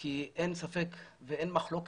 כי אין ספק ואין מחלוקת,